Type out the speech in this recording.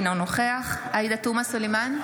אינו נוכח עאידה תומא סלימאן,